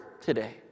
today